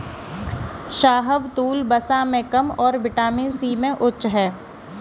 शाहबलूत, वसा में कम और विटामिन सी में उच्च है